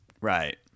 Right